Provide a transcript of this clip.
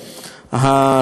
הסוגיה השנייה,